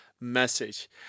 message